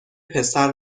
پسر